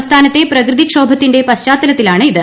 സംസ്ഥാനത്തെ പ്രകൃതിക്ഷോഭത്തിന്റെ പശ്ചാത്തലത്തിലാണിത്